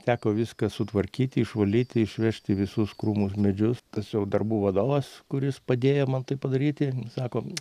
teko viską sutvarkyti išvalyti išvežti visus krūmus medžius tas jau darbų vadovas kuris padėjo man tai padaryti sako